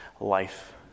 life